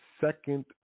second